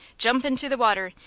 jump into the water,